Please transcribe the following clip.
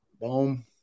boom